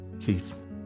Keith